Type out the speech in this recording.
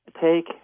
take